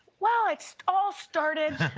well, it all started